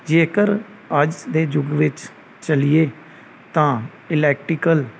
ਜੇਕਰ ਅੱਜ ਦੇ ਯੁੱਗ ਵਿੱਚ ਚੱਲੀਏ ਤਾਂ ਇਲੈਕਟਰੀਕਲ